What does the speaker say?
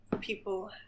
people